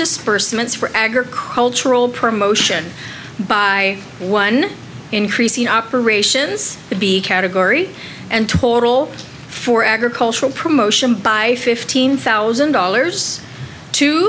disbursements for agricultural promotion by one increasing operations to be category and total for agricultural promotion by fifteen thousand dollars to